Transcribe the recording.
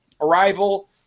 Arrival